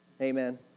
Amen